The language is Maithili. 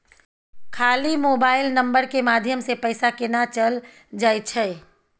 खाली मोबाइल नंबर के माध्यम से पैसा केना चल जायछै?